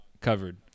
covered